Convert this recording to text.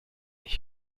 ich